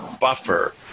buffer